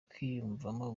kwiyumvamo